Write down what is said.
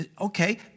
Okay